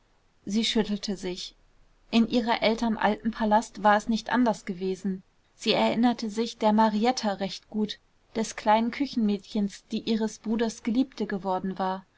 sie schüttelte sich in ihrer eltern altem palast war es nicht anders gewesen sie erinnerte sich der marietta recht gut des kleinen küchenmädchens die ihres bruders geliebte geworden war